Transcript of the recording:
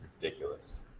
ridiculous